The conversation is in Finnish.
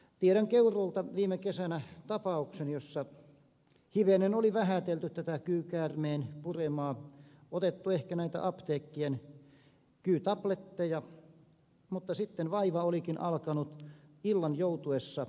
tiedän keuruulta viime kesältä tapauksen jossa hivenen oli vähätelty tätä kyykäärmeen puremaa otettu ehkä näitä apteekkien kyytabletteja mutta sitten vaiva olikin alkanut illan joutuessa yltyä